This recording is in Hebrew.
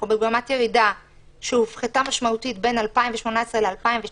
אנחנו במגמת ירידה משמעותית בין 2018 ל-2019.